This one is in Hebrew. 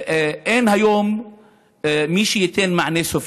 אין היום מי שייתן מענה סופי.